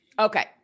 Okay